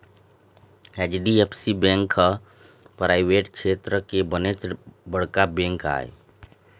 HDFC bank ह private छेत्र के बनेच बड़का बेंक आय